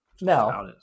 No